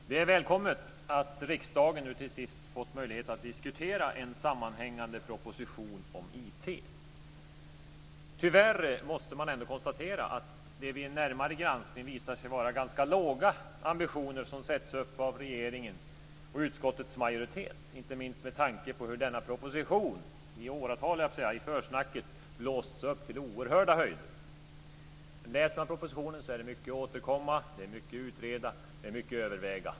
Fru talman! Det är välkommet att riksdagen nu till sist fått möjlighet att diskutera en sammanhängande proposition om IT. Tyvärr måste man ändå konstatera att det vid en närmare granskning visar sig vara ganska låga ambitioner som sätts upp av regeringen och utskottets majoritet, inte minst med tanke på hur denna proposition i åratal - höll jag på att säga - i försnacket blåsts upp till oerhörda höjder. Läser man propositionen är det mycket återkomma, mycket utreda och mycket överväga.